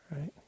right